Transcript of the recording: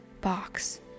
box